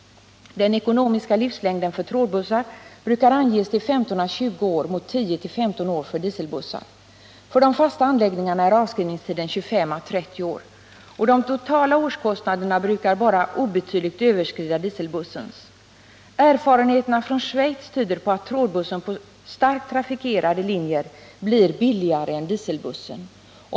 Den ekonomiska livslängden för trådbussen brukar anges till 15 å 20 år mot 10 å 15 år för dieselbussen. För de fasta anläggningarna är avskrivningstiden 25 å 30 år. De totala årskostnaderna brukar endast obetydligt överskrida dieselbussens. Erfarenheterna från Schweiz tyder på att trådbussen på starkt trafikerade linjer blir billigare än dieselbussen.